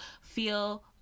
feel